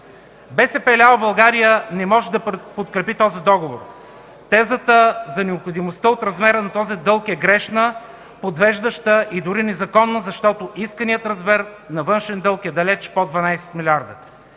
„БСП лява България” не може да подкрепи този договор. Тезата за необходимостта от размера на този дълг е грешна, подвеждаща и дори незаконна, защото исканият размер на външен дълг е далеч под 12 милиарда.